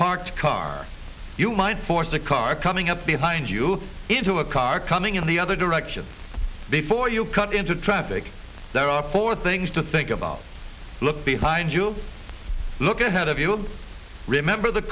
parked car you might force a car coming up behind you into a car coming in the other direction before you cut into traffic there are four things to think about look behind you look ahead of you will remember the